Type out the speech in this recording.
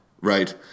right